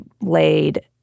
laid